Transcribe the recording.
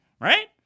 right